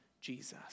Jesus